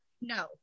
No